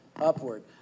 upward